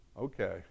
okay